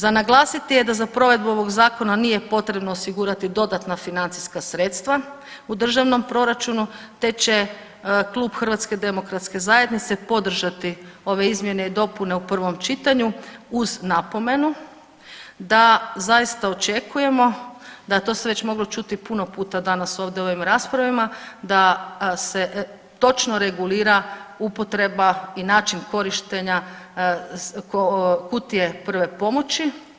Za naglasiti je da za provedbu ovog zakona nije potrebno osigurati dodatna financijska sredstva u državnom proračunu, te će Klub HDZ-a podržati ove izmjene i dopune u prvom čitanju uz napomenu da zaista očekujemo, da to se već moglo čuti puno puta danas ovdje u ovim raspravama, da se točno regulira upotreba i način korištenja kutije prve pomoći.